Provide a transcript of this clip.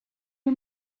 nhw